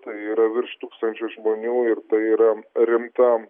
tai yra virš tūkstančio žmonių ir tai yra rimta